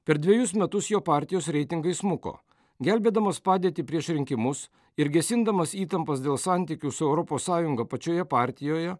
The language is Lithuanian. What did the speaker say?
per dvejus metus jo partijos reitingai smuko gelbėdamas padėtį prieš rinkimus ir gesindamas įtampas dėl santykių su europos sąjunga pačioje partijoje